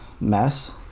mess